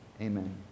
Amen